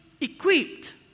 equipped